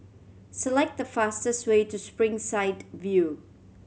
select the fastest way to Springside View